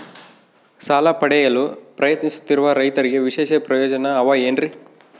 ಸಾಲ ಪಡೆಯಲು ಪ್ರಯತ್ನಿಸುತ್ತಿರುವ ರೈತರಿಗೆ ವಿಶೇಷ ಪ್ರಯೋಜನ ಅವ ಏನ್ರಿ?